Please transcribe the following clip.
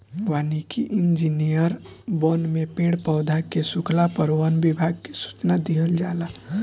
वानिकी इंजिनियर वन में पेड़ पौधा के सुखला पर वन विभाग के सूचना दिहल जाला